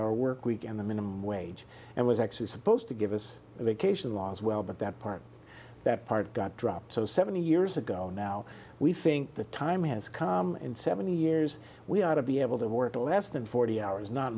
hour work week and the minimum wage and was actually supposed to give us a vacation law as well but that part that part got dropped so seventy years ago now we think the time has come in seventy years we ought to be able to work less than forty hours not